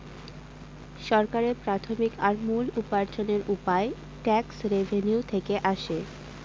সরকারের প্রাথমিক আর মূল উপার্জনের উপায় ট্যাক্স রেভেনিউ থেকে আসে